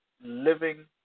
living